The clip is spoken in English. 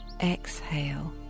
exhale